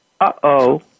Uh-oh